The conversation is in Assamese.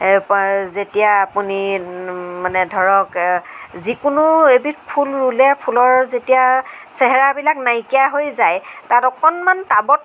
যেতিয়া আপুনি মানে ধৰক যিকোনো এবিধ ফুল ৰুলে ফুলৰ যেতিয়া চেহেৰাবিলাক নাইকীয়া হৈ যায় তাত অকণমান টাবত